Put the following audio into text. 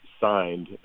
signed